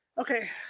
Okay